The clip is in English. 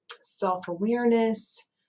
self-awareness